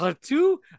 two